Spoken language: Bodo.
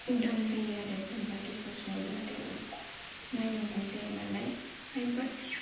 उदां जायो आरो जेनेबा गेसाव सङोब्लाथाय अरखौ नायनांगौ जाया नालाय बाट